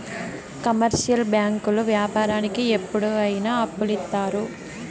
commercial బ్యాంకులు వ్యాపారానికి ఎప్పుడు అయిన అప్పులు ఇత్తారు